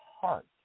heart